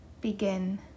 begin